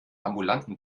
ambulanten